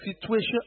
situation